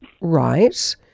right